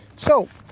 so,